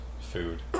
food